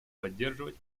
поддерживать